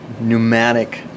pneumatic